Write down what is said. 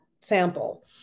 sample